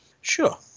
Sure